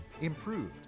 improved